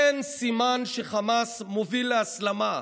אין סימן שהחמאס מוביל להסלמה".